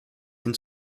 den